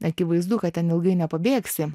akivaizdu kad ten ilgai nepabėgsi